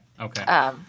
Okay